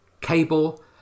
Cable